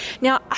Now